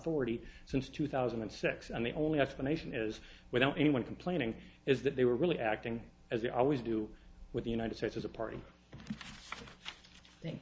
forty since two thousand and six and the only explanation is without anyone complaining is that they were really acting as they always do with the united states as a party